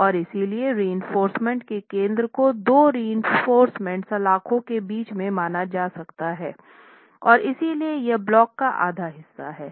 और इसलिए रीइनफोर्रसमेंट के केंद्र को दो रीइनफोर्रसमेंट सलाख़ों के बीच में माना जा सकता है और इसलिए यह ब्लॉक का आधा हिस्सा है